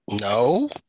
No